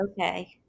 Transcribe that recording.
Okay